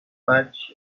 patch